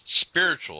spiritual